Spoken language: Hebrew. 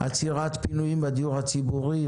עצירת פנויים בדיור הציבורי,